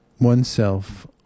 oneself